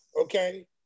okay